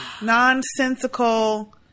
nonsensical